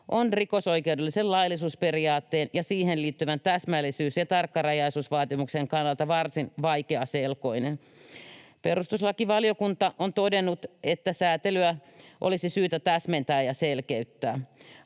on rikosoikeudellisen laillisuusperiaatteen ja siihen liittyvän täsmällisyys- ja tarkkarajaisuusvaatimuksen kannalta varsin vaikeaselkoinen. Perustuslakivaliokunta on todennut, että säätelyä olisi syytä täsmentää ja selkeyttää.